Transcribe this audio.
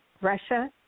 Russia